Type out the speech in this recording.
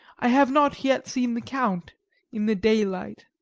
i have not yet seen the count in the daylight.